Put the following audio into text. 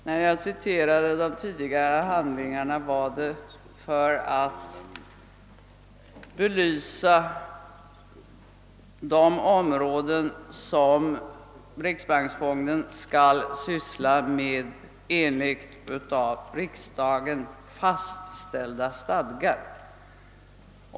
Herr talman! När jag citerade de tidigare handlingarna var det för att belysa de områden som riksbanksfonden skall syssla med enligt av riksdagen fastställda stadgar.